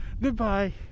Goodbye